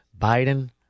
Biden